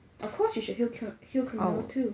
of course you should heal cri~ heal criminals too